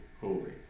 Holy